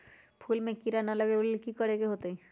फूल में किरा ना लगे ओ लेल कि करे के होतई?